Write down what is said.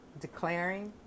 declaring